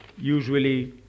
usually